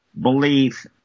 belief